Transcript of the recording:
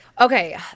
okay